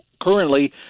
currently